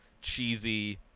cheesy